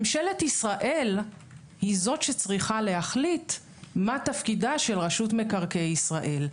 ממשלת ישראל היא זאת שצריכה להחליט מה תפקידה של רשות מקרקעי ישראל.